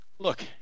look